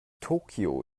tokio